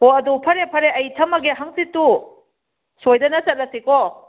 ꯍꯣ ꯑꯗꯨ ꯐꯔꯦ ꯐꯔꯦ ꯑꯩ ꯊꯝꯃꯒꯦ ꯍꯪꯆꯤꯠꯇꯨ ꯁꯣꯏꯗꯅ ꯆꯠꯂꯁꯤꯀꯣ